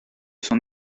son